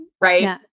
right